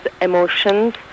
Emotions